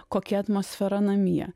kokia atmosfera namie